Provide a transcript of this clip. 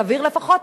סביר לפחות,